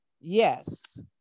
Yes